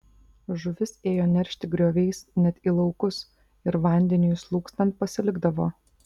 žuvis ėjo neršti grioviais net į laukus ir vandeniui slūgstant pasilikdavo